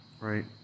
right